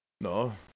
No